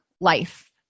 life